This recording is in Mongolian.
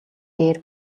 дээр